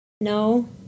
No